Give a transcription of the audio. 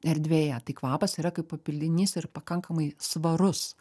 erdvėje tai kvapas yra kaip papildinys ir pakankamai svarus